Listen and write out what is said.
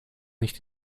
nicht